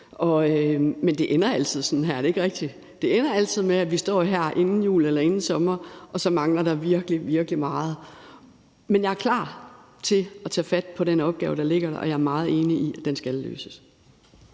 men det ender altid sådan her. Er det ikke rigtigt? Det ender altid med, at vi står her inden jul eller inden sommer, og at der så mangler virkelig, virkelig meget. Men jeg er klar til at tage fat på den opgave, der ligger der, og jeg er meget enig i, at den skal løses.